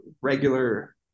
regular